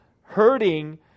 hurting